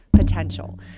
potential